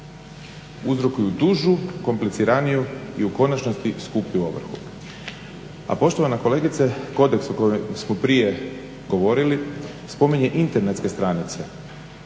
uzrokuju dužu, kompliciraniju i u konačnosti skuplju ovrhu. A poštovana kolegice, kodeks o kojem smo prije govorili spominje internetske stranice,